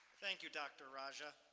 thank you, dr. raja.